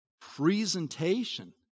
presentation